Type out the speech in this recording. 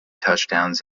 touchdowns